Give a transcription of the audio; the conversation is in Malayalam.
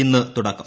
ഇന്ന് തുടക്കം